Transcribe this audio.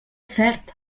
cert